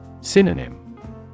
Synonym